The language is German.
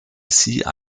sea